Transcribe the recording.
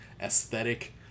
aesthetic